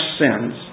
sins